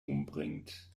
umbringt